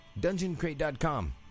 DungeonCrate.com